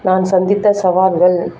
நான் சந்தித்த சவால்கள்